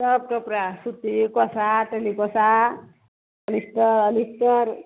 सब कपड़ा सूती कोसा टेरीकोसा पोलिस्टर मिक्सचर